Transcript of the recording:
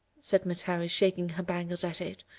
said miss harris, shaking her bangles at it.